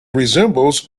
resembles